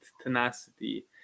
tenacity